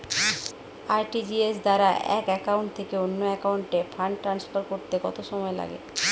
RTGS দ্বারা এক account থেকে অন্য একাউন্টে ফান্ড ট্রান্সফার করতে কত সময় লাগে?